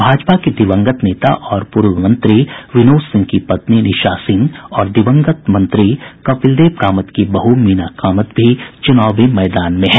भाजपा के दिवंगत नेता और पूर्व मंत्री विनोद सिंह की पत्नी निशा सिंह और दिवंगत मंत्री कपिल देव कामत की बहू मीना कामत भी चूनावी मैदान में हैं